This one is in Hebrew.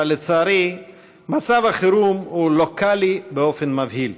אבל לצערי מצב החירום הוא לוקלי באופן מבהיל,